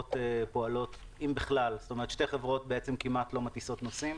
החברות שתי חברות בכלל לא מטיסות נוסעים